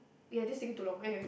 ya this thing is too long anyway